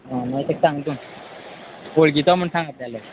आं मागीर ताका सांग तूं वळखीचो म्हूण सांग आपल्याले